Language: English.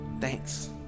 thanks